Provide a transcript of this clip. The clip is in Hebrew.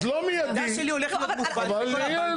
אז לא מיידי, אבל יהיה.